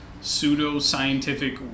pseudo-scientific